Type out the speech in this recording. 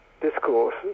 discourse